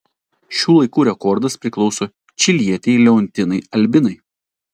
šių laikų rekordas priklauso čilietei leontinai albinai